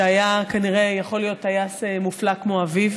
שהיה כנראה יכול להיות טייס מופלא כמו אביו,